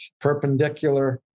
perpendicular